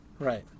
Right